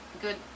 good